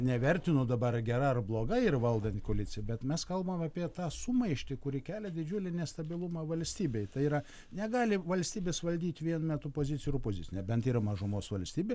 nevertinu dabar gera ar bloga yra valdanti koalicija bet mes kalbam apie tą sumaištį kuri kelia didžiulį nestabilumą valstybėj tai yra negali valstybės valdyt vienu metu pozicija ir opozicija nebent yra mažumos valstybė